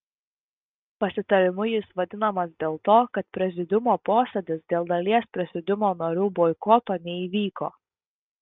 pasitarimu jis vadinamas dėl to kad prezidiumo posėdis dėl dalies prezidiumo narių boikoto neįvyko